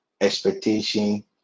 expectation